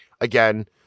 again